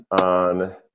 on